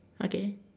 okay